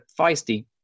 feisty